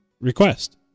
request